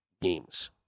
games